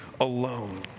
alone